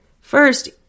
First